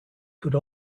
could